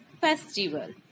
festival